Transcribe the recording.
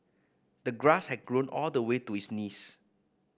the grass had grown all the way to his knees